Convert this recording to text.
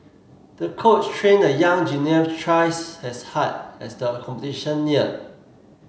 the coach trained the young gymnast twice as hard as the competition neared